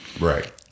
Right